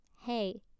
Hey